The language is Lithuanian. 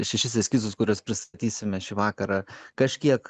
šešis eskizus kuriuos pristatysime šį vakarą kažkiek